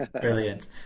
Brilliant